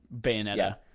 Bayonetta